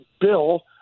Bill